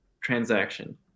transaction